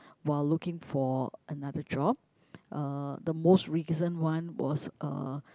while looking for another job uh the most recent one was uh